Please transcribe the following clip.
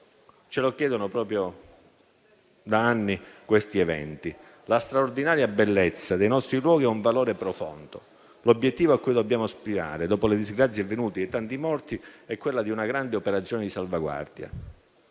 ce lo chiedono da anni proprio eventi del genere. La straordinaria bellezza dei nostri luoghi è un valore profondo. L'obiettivo a cui dobbiamo aspirare, dopo le disgrazie avvenute e i tanti morti, è una grande operazione di salvaguardia